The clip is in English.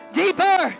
deeper